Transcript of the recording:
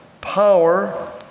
power